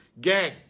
Gang